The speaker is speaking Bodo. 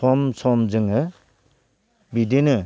सम सम जोङो बिदिनो